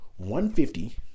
150